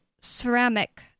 Ceramic